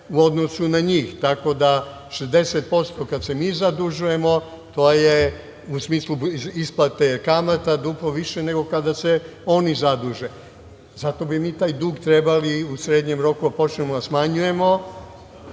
u odnosu na njih. Tako dam 60% kada se mi zadužujemo to je u smislu isplate kamata duplo više nego kada se oni zaduže. Zato bi mi taj dug trebali u srednjem roku da počnemo da smanjujemo